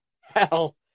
hell